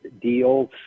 deals